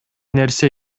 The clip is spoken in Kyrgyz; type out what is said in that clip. нерсе